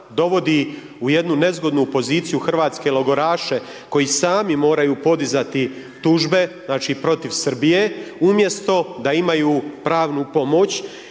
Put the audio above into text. u jednu nezgodnu poziciju hrvatske logoraše koji sami moraju podizati tužbe znači protiv Srbije umjesto da imaju pravnu pomoć.